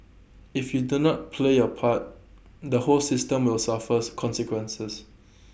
if you do not play your part the whole system will suffers consequences